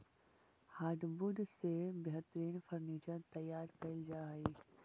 hardwood से बेहतरीन furniture तैयार कैल जा हइ